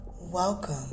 Welcome